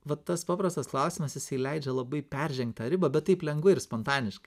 va tas paprastas klausimas jisai leidžia labai peržengt tą ribą bet taip lengvai ir spontaniškai